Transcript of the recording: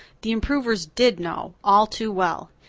the improvers did know, all too well.